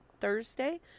Thursday